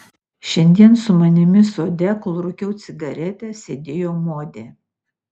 šiandien su manimi sode kol rūkiau cigaretę sėdėjo modė